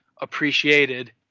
appreciated